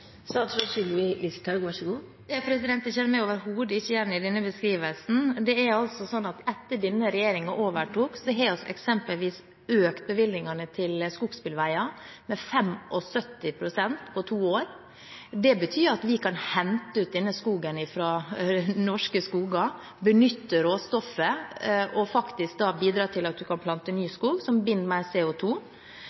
Jeg kjenner meg overhodet ikke igjen i denne beskrivelsen. Etter at denne regjeringen overtok, har vi eksempelvis økt bevilgningene til skogsbilveier med 75 pst. på to år. Det betyr at vi kan hente ut skog fra norske skoger, benytte råstoffet og bidra til at man kan plante ny skog som binder